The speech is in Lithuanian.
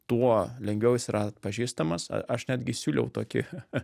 tuo lengviau jis yra atpažįstamas aš netgi siūliau tokį